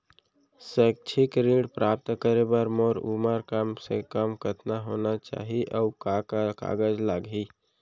शैक्षिक ऋण प्राप्त करे बर मोर उमर कम से कम कतका होना चाहि, अऊ का का कागज लागही?